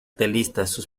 principales